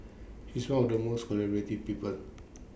he's one of the most collaborative people